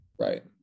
right